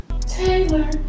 Taylor